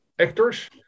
actors